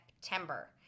September